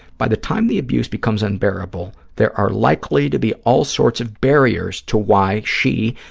by the time the abuse becomes unbearable, there are likely to be all sorts of barriers to why she,